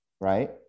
right